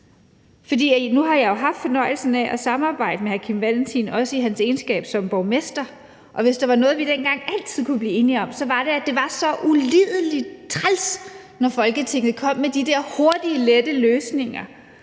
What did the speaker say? nu har jeg jo haft fornøjelsen af at samarbejde med hr. Kim Valentin, også i hans egenskab af borgmester, og hvis der var noget, vi dengang altid kunne blive enige om, så var det, at det var så ulidelig træls, når Folketinget kom med de der hurtige, lette løsninger